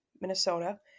Minnesota